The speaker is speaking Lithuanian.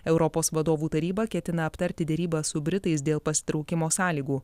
europos vadovų taryba ketina aptarti derybas su britais dėl pasitraukimo sąlygų